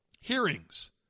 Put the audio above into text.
hearings